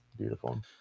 Beautiful